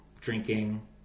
drinking